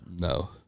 No